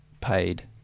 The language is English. paid